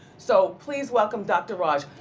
so please welcome, dr. raj.